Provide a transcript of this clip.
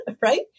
right